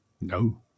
no